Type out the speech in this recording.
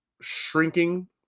shrinking